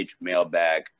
mailbag